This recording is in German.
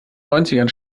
neunzigern